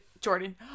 Jordan